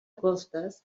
costes